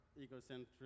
egocentric